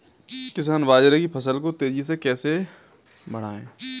किसान बाजरे की फसल को तेजी से कैसे बढ़ाएँ?